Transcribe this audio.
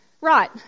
right